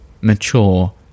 mature